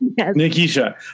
Nikisha